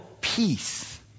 peace